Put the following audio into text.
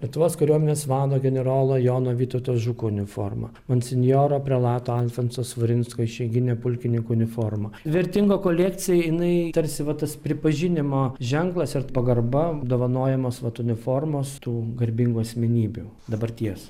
lietuvos kariuomenės vado generolo jono vytauto žuko uniforma monsinjoro prelato alfonso svarinsko išeiginė pulkininko uniforma vertinga kolekcija jinai tarsi va tas pripažinimo ženklas ir pagarba apdovanojamos vat uniformos tų garbingų asmenybių dabarties